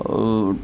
ഉ